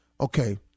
Okay